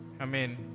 Amen